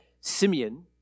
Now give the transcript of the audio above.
Simeon